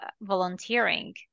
volunteering